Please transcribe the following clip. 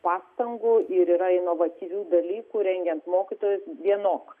pastangų ir yra inovatyvių dalykų rengiant mokytojus vienok